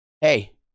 Hey